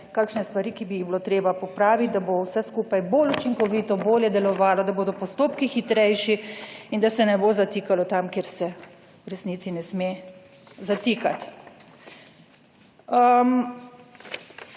kakšne stvari, ki bi jih bilo treba popraviti, da bo vse skupaj bolj učinkovito, bolje delovalo, da bodo postopki hitrejši in da se ne bo zatikalo tam, kjer se v resnici ne sme zatikati.